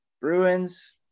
Bruins